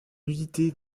nudité